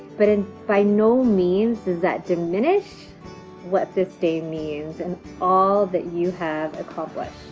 but and by no means does that diminish what this day means and all that you have accomplished.